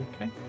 Okay